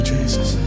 Jesus